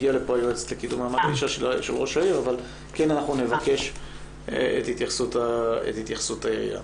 אבל כן נבקש את התייחסות העירייה.